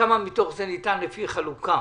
כמה מתוך זה ניתן לפי חלוקה